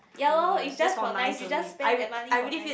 ya lor it's just for nice you just spend that money for nice